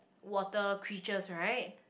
water creatures right